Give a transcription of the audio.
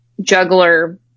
juggler